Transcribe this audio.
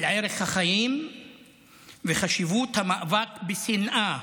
על ערך החיים וחשיבות המאבק בשנאה,